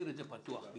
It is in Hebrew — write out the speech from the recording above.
-- אל